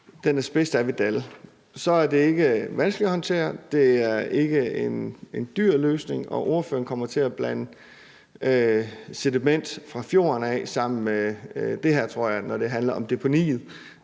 den asbest, der er ved Dall, så er det ikke vanskeligt at håndtere, og det er ikke en dyr løsning. Ordføreren kommer til at blande sediment fra fjorden sammen med det her, tror jeg, når det handler om deponiet.